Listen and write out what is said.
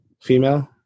Female